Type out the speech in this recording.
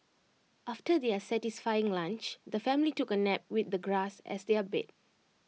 after their satisfying lunch the family took A nap with the grass as their bed